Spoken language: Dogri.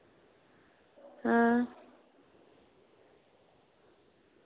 हां